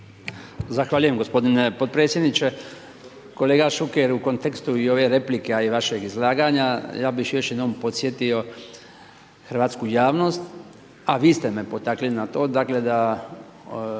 Zahvaljujem gospodine potpredsjedniče. Kolega Šuker, u kontekstu i ove replike a i vašeg izlaganja ja bih još jednom podsjetio hrvatsku javnost a vi ste me potakli na to dakle da